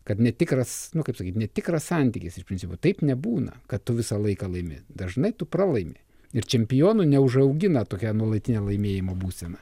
kad netikras nu kaip sakyt netikras santykis iš principo taip nebūna kad tu visą laiką laimi dažnai tu pralaimi ir čempionu neužaugina tokia nuolatinė laimėjimo būsena